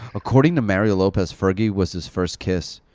according to mario lopez, fergie was his first kiss.